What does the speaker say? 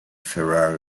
ferrari